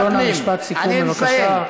חבר הכנסת יונה, משפט סיכום, בבקשה.